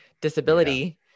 disability